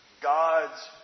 God's